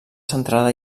centrada